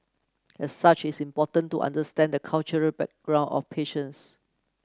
as such it is important to understand the cultural background of patients